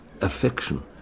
affection